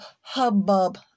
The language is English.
hubbub